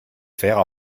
faire